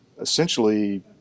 essentially